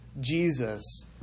Jesus